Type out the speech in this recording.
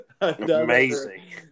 Amazing